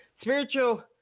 Spiritual